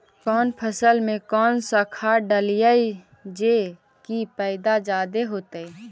कौन फसल मे कौन सा खाध डलियय जे की पैदा जादे होतय?